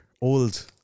old